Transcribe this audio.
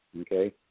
Okay